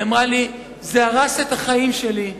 היא אמרה לי: זה הרס את החיים שלי.